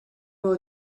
will